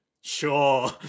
Sure